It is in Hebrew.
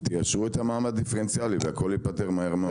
תיישרו את המע"מ הדיפרנציאלי והכל ייפתר מהר מאוד,